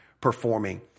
performing